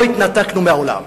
לא התנתקנו מהעולם.